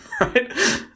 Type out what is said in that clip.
right